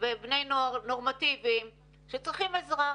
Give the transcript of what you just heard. ובני נוער נורמטיביים שצריכים עזרה,